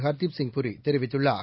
ஹர்தீப்சிங் பூரி தெரிவித்துள்ளார்